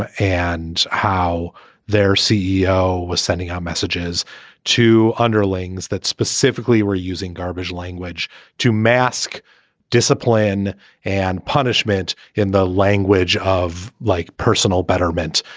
ah and how their ceo was sending out messages to underlings that specifically were using garbage language to mask discipline and punishment in the language of like personal betterment.